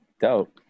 Dope